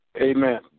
Amen